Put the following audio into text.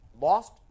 lost